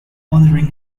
honoring